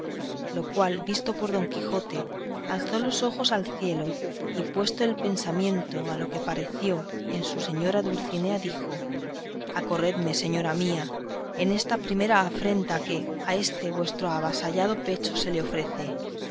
lo cual visto por don quijote alzó los ojos al cielo y puesto el pensamiento a lo que pareció en su señora dulcinea dijo acorredme señora mía en esta primera afrenta que a este vuestro avasallado pecho se le ofrece